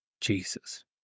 Jesus